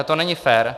To není fér.